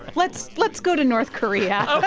but let's let's go to north korea ok